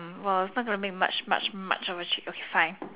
!wah! not gonna make much much much of a cha~ okay fine